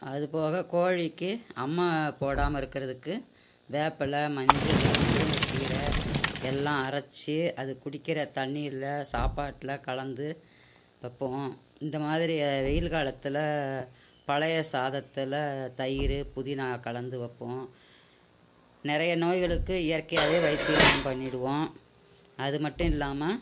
அது போக கோழிக்கு அம்மை போடாமல் இருக்கிறதுக்கு வேப்பலை மஞ்சள் முருங்கக்கீரை எல்லா அரைச்சு அதை குடிக்கிற தண்ணியில சாப்பாட்டில் கலந்து வைப்போம் இந்த மாதிரி வெயில் காலத்தில் பழைய சாதத்தில் தயிறு புதினா கலந்து வைப்போம் நிறைய நோய்களுக்கு இயற்கையாகவே வைத்தியம் பண்ணிவிடுவோம் அது மட்டும் இல்லாமல்